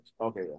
Okay